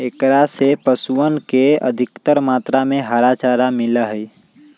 एकरा से पशुअन के अधिकतर मात्रा में हरा चारा मिला हई